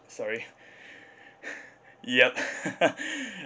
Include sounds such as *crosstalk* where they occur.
sorry *breath* ya *laughs*